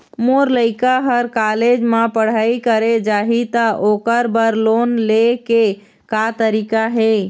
मोर लइका हर कॉलेज म पढ़ई करे जाही, त ओकर बर लोन ले के का तरीका हे?